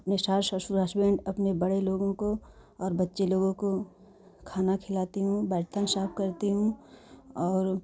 अपने सास ससुर हसबेंड अपने बड़े लोगों को और बच्चे लोगों को खाना खिलाती हूँ बर्तन साफ़ करती हूँ और